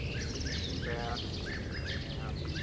the city came back and